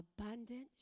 abundant